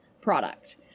product